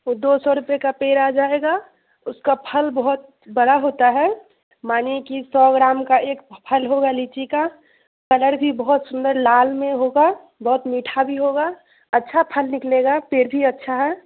वह दो सौ रुपये का पेड़ आ जाएगा उसका फल बहुत बड़ा होता है मानिए कि सौ ग्राम का एक फल होगा लीची का कलर भी बहुत सुंदर लाल में होगा बहुत मीठा भी होगा अच्छा फल निकलेगा पेड़ भी अच्छा है